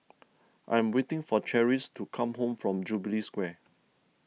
I am waiting for Cherish to come home from Jubilee Square